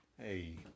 hey